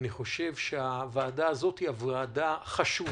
אני חושב שהוועדה הזאת היא ועדה חשובה.